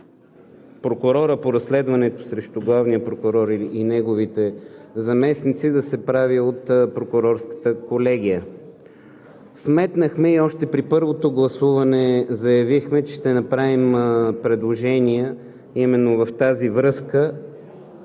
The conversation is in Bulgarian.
прокурора по разследването срещу главния прокурор и неговите заместници да се прави от прокурорската колегия. Сметнахме и още при първото гласуване заявихме, че ще направим предложения именно в тази връзка.